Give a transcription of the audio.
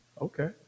okay